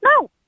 no